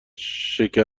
شکر